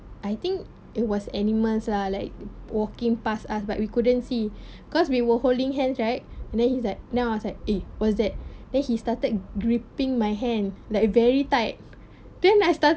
I think it was animals lah like walking pass us but we couldn't see cause we were holding hands right and then he's like now was like eh what's that then he started gripping my hand like very tight then I start